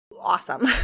awesome